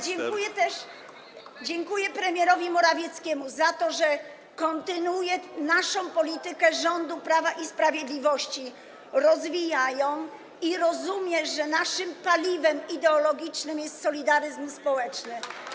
Dziękuję też premierowi Morawieckiemu za to, że kontynuuje politykę rządu Prawa i Sprawiedliwości, rozwija ją i rozumie, że naszym paliwem ideologicznym jest solidaryzm społeczny.